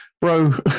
bro